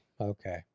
okay